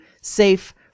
safe